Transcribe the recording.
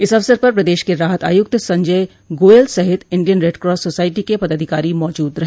इस अवसर पर प्रदेश के राहत आयुक्त संजय गोयल सहित इंडियन रेडक्रास सोसाइटी के पदाधिकारी मौजूद रहे